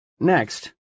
next